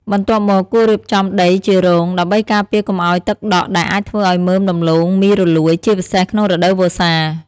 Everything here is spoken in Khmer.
បន្ទាប់មក គួររៀបចំដីជារង ដើម្បីការពារកុំឱ្យទឹកដក់ដែលអាចធ្វើឱ្យមើមដំឡូងមីរលួយ ជាពិសេសក្នុងរដូវវស្សា។